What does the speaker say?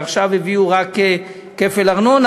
עכשיו הביאו רק כפל ארנונה,